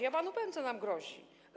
Ja panu powiem, co nam grozi.